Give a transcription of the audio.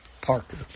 Parker